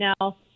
now